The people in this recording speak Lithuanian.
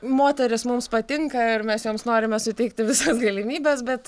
moterys mums patinka ir mes joms norime suteikti visas galimybes bet